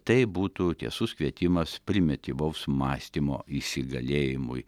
tai būtų tiesus kvietimas primityvaus mąstymo įsigalėjimui